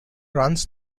runs